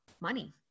money